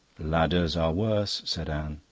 ladders are worse, said anne.